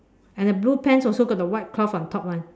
and the blue pants also got the white cloth on top [one]